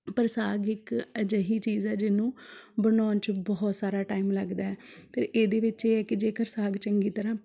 ਪਰ ਸਾਗ ਇੱਕ ਅਜਿਹੀ ਚੀਜ਼ ਹੈ ਜਿਹਨੂੰ ਬਣਾਉਣ 'ਚ ਬਹੁਤ ਸਾਰਾ ਟਾਈਮ ਲੱਗਦਾ ਹੈ ਫਿਰ ਇਹਦੇ ਵਿੱਚ ਇਹ ਹੈ ਕਿ ਜੇਕਰ ਸਾਗ ਚੰਗੀ ਤਰ੍ਹਾਂ